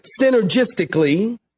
synergistically